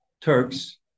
turks